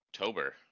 October